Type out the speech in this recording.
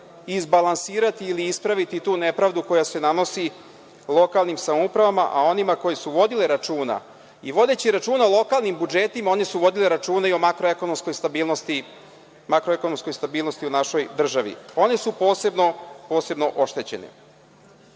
izbalansirati ili ispraviti tu nepravdu koja se nanosi lokalnim samoupravama, a onima koji su vodile računa i vodeći računa o lokalnim budžetima, oni su vodili računima i o makroekonomskoj stabilnosti u našoj državi, one su posebno oštećene. Govorili